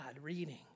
reading